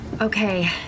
Okay